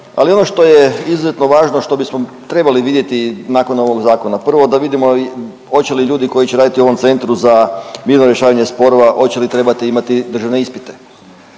Ali ono što je izuzetno važno, što bismo trebali vidjeti i nakon ovog zakona. Prvo da vidimo hoće li ljudi koji će raditi u ovom Centru za mirno rješavanje sporova hoće li trebati imati državne ispite?